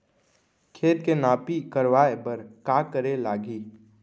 खेत के नापी करवाये बर का करे लागही?